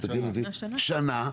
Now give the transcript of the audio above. שנה.